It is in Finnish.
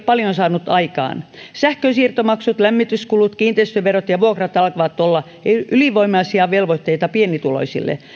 paljon saanut aikaan sähkönsiirtomaksut lämmityskulut kiinteistöverot ja vuokrat alkavat olla ylivoimaisia velvoitteita pienituloisille